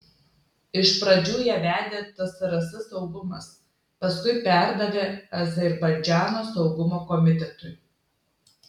iš pradžių ją vedė tsrs saugumas paskui perdavė azerbaidžano saugumo komitetui